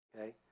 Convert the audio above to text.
okay